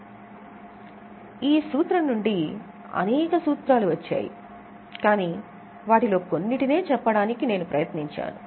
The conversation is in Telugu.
కాబట్టి ఈ సూత్రం నుండి మనకు ప్రత్యేకమైన సూత్రాలు చాలా ఉన్నాయి కాని వాటిలో కొన్నింటిని చెప్పడానికి నేను ప్రయత్నించాను